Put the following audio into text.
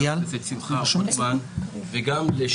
חבר הכנסת שמחה רוטמן,